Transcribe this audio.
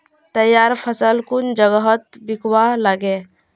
तैयार फसल कुन जगहत बिकवा लगे?